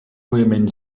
moviment